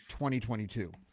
2022